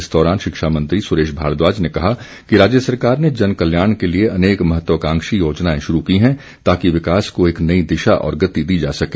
इस दौरान शिक्षा मंत्री सुरेश भारद्वाज ने कहा कि राज्य सरकार ने जन कल्याण के लिए अनेक महत्वाकांक्षी योजनाएं शुरू की हैं ताकि विकास को एक नई दिशा और गति दी जा सके